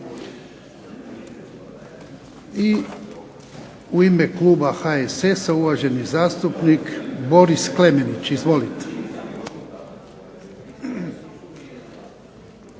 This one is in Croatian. I u ime kluba HSS-a uvaženi zastupnik Boris Klemenić. Izvolite.